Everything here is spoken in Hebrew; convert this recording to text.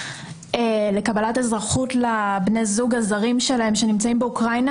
לקבלת אזרחות לבני הזוג הזרים שלהם שנמצאים באוקראינה.